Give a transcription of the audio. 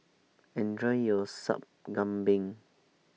Enjoy your Sup Kambing